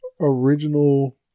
original